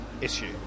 issue